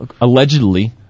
allegedly